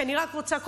כי אני רק רוצה,